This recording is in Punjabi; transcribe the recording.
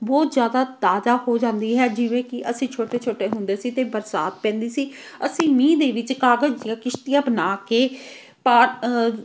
ਬਹੁਤ ਜ਼ਿਆਦਾ ਤਾਜ਼ਾ ਹੋ ਜਾਂਦੀ ਹੈ ਜਿਵੇਂ ਕਿ ਅਸੀਂ ਛੋਟੇ ਛੋਟੇ ਹੁੰਦੇ ਸੀ ਅਤੇ ਬਰਸਾਤ ਪੈਂਦੀ ਸੀ ਅਸੀਂ ਮੀਂਹ ਦੇ ਵਿੱਚ ਕਾਗਜ਼ ਦੀਆਂ ਕਿਸ਼ਤੀਆਂ ਬਣਾ ਕੇ ਪਾ